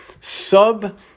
sub-